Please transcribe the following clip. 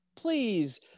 Please